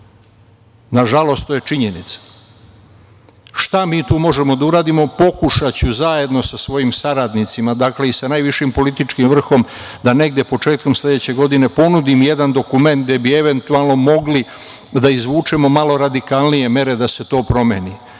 Nažalost, to je činjenica. Šta mi tu možemo da uradimo, pokušaću zajedno sa svojim saradnicima, dakle i sa najvišim političkim vrhom da negde početkom sledeće godine ponudim jedan dokument gde bi eventualno mogli da izvučemo malo radikalnije mere da se to promeni. Dakle,